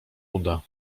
uda